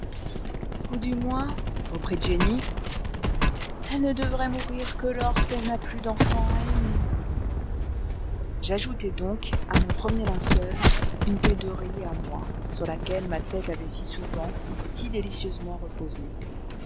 ou du moins reprit jenny elle ne devrait mourir que lorsqu'elle n'a plus d'enfant à aimer j'ajoutai donc à mon premier linceul une taie d'oreiller à moi sur laquelle ma tête avait si souvent si délicieusement reposé